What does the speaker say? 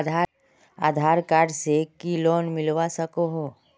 आधार card से की loan मिलवा सकोहो?